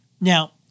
Now